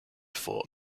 for